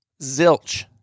Zilch